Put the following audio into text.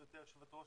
גברתי יושבת הראש,